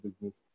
business